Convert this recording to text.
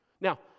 Now